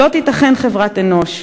/ לא תיתכן חברת אנוש,